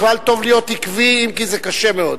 בכלל, טוב להיות עקביים, כי זה קשה מאוד.